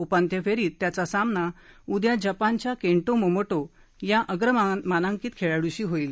उपांत्य फेरीत त्याचा सामना उद्या जपानच्या केन्टो मोमोटा या अग्रमानांकित खेळाड्शी होईल